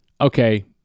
Okay